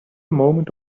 moment